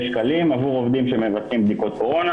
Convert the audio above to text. שקלים עבור עובדים שמבצעים בדיקות קורונה.